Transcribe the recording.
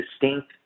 distinct